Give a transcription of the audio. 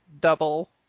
double